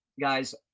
guys